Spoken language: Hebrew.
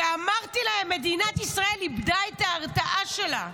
אמרתי להם: מדינת ישראל איבדה את ההרתעה שלה.